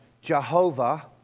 Jehovah